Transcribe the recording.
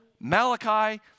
Malachi